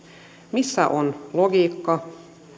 missä on logiikka